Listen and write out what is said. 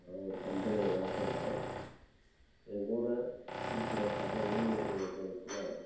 நான் ஒரு கம்பெனியில் வேலை செய்கிறேன் என்கூட இருக்கிற சக ஊழியர்கள் வந்து என்ச்சின்னா